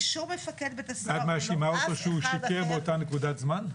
באישור מפקד בית הסוהר --- את מאשימה אותו שהוא שיקר באותה נקודת זמן?